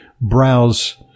browse